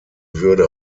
würde